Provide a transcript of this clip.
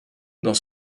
dans